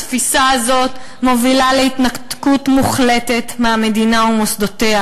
התפיסה הזאת מובילה להתנתקות מוחלטת מהמדינה ומוסדותיה